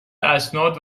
اسناد